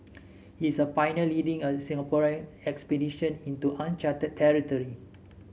he's a pioneer leading a Singaporean expedition into uncharted territory